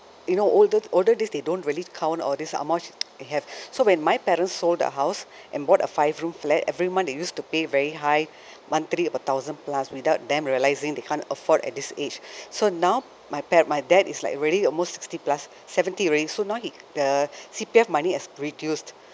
you know older older days they don't really count all these how much they have so when my parents sold the house and bought a five room flat every month they used to pay very high monthly about thousand plus without them realizing they can't afford at this age so now my pa~ my dad is like already almost sixty plus seventy already so now he the C_P_F money has reduced